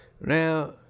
Now